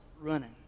running